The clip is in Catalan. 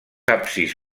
absis